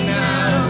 now